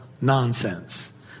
nonsense